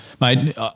Mate